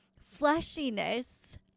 fleshiness